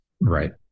Right